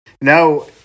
Now